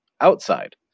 outside